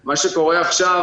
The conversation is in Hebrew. מה שקורה עכשיו,